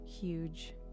huge